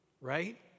right